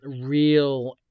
real